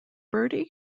bertie